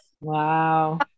wow